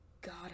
God